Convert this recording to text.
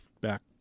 back